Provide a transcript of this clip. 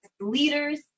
leaders